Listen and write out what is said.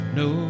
no